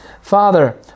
Father